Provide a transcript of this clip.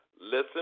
Listen